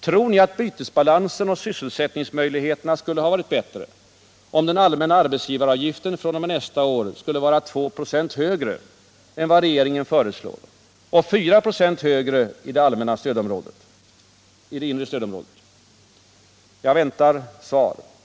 Tror ni att bytesbalansen och sysselsättningsmöjligheterna skulle ha varit bättre, om den allmänna arbetsgivaravgiften fr.o.m. nästa år skulle vara 2 26 högre än vad regeringen föreslår och 4 96 högre inom det inre stödområdet? Jag väntar svar.